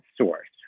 source